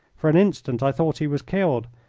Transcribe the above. for an instant i thought he was killed,